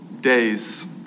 days